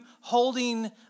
holding